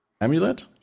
Amulet